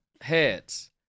Heads